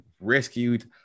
rescued